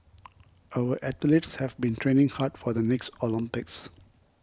our athletes have been training hard for the next Olympics